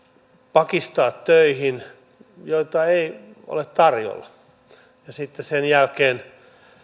patistaa töihin joita ei ole tarjolla ja sitten sen jälkeen